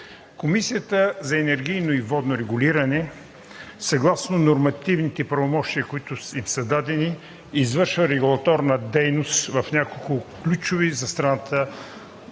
Комисията за енергийно и водно регулиране съгласно нормативните правомощия, които ѝ са дадени, извършва регулаторна дейност в няколко ключови за страната